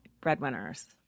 breadwinners